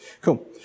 Cool